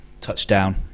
touchdown